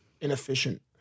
Inefficient